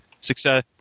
Success